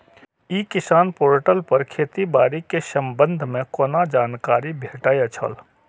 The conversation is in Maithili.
ई किसान पोर्टल पर खेती बाड़ी के संबंध में कोना जानकारी भेटय छल?